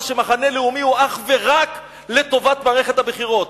שמחנה לאומי הוא אך ורק לטובת מערכת הבחירות,